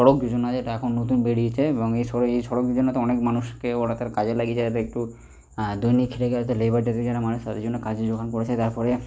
সড়ক যোজনা যেটা এখন নতুন বেড়িয়েছে এবং এই সড়ক এই সড়ক যোজনাতে অনেক মানুষকেও ওরা তার কাজে লাগিয়ে যাবে একটু দৈনিক জন্য মানুষ তাদের জন্য কাজের জোগান পড়েছে তারপরে